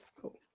Cool